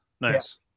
nice